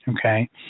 okay